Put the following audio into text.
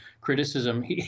criticism